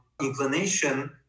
inclination